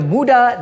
Muda